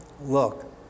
Look